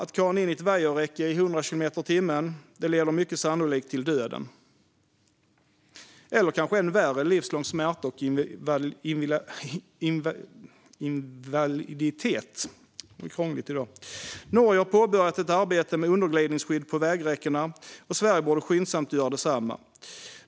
Att kana in i ett vajerräcke i 100 kilometer i timmen leder mycket sannolikt till döden eller, kanske än värre, livslång smärta och invaliditet. Norge har påbörjat ett arbete med underglidningsskydd på vägräckena, och Sverige borde skyndsamt göra detsamma.